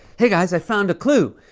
hey, guys, i found a clue.